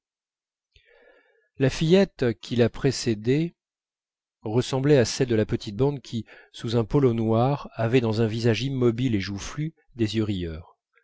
la fillette qui la précédait ressemblait à celle de la petite bande qui sous un polo noir avait dans un visage immobile et joufflu des